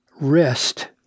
rest